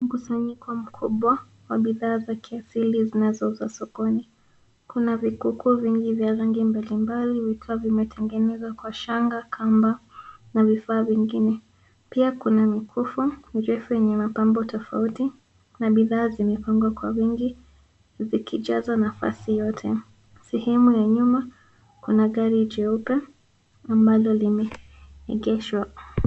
Mkusanyiko mkubwa wa bidhaa vya kiasili zinazouzwa sokoni. Kuna vikuku vingi vya rangi mbalimbali vikiwa vimetegenezwa kwa shanga, kamba na vifaa vingine. Pia kuna mikufu mirefu yenye imepambwa tofauti na bidhaa zimepangwa kwa wingi zikijaza nafasi yote. Sehemu ya nyuma kuna gari jeupe ambalo limeengeshwa.